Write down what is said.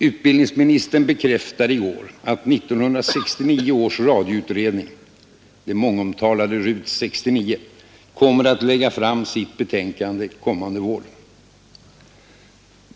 Utbildningsministern bekräftade i går att 1969 års radioutredning, den mångomtalade RUT 69, kommer att lägga fram sitt betänkande i vår.